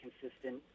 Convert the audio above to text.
consistent